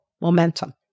momentum